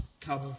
come